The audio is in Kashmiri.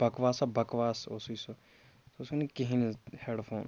بَکواس ہا بَکواس اوسُے سُہ سُہ اوسُے نہٕ کِہیٖنۍ نہٕ ہٮ۪ڈ فون